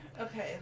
Okay